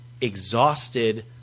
exhausted